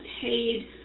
paid